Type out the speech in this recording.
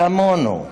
כמונו,